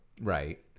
right